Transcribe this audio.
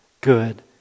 good